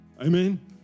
Amen